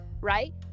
right